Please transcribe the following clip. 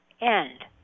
end